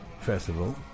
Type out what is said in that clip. festival